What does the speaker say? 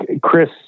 Chris